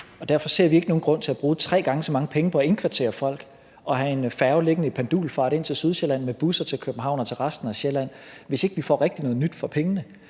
derfor ser vi ikke nogen grund til at bruge tre gange så mange penge på at indkvartere folk og have en færge liggende i pendulfart ind til Sydsjælland med busser til København og til resten af Sjælland, hvis vi ikke rigtig får noget nyt for pengene.